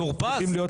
טור פז,